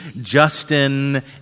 Justin